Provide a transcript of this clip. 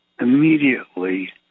immediately